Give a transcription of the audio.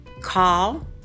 call